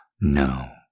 No